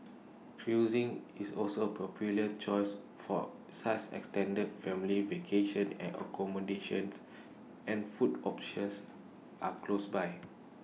cruising is also popular choice for such extended family vacation at accommodations and food options are close by